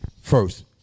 first